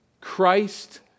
Christ